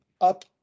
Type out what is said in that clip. up